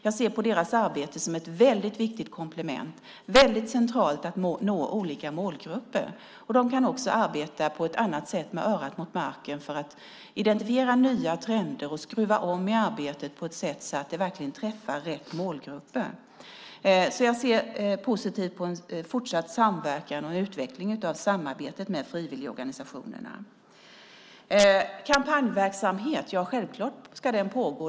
Jag ser deras arbete som ett väldigt viktigt komplement som är väldigt centralt för att nå olika målgrupper. De kan också arbeta på ett annat sätt med örat mot marken för att identifiera nya trender och skruva om i arbetet så att det verkligen träffar rätt målgrupper. Jag ser alltså positivt på fortsatt samverkan och utveckling av samarbetet med frivilligorganisationerna. Kampanjverksamhet ska självklart pågå.